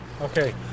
Okay